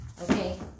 Okay